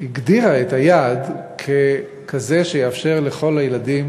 הגדירה את היעד ככזה שיאפשר לכל הילדים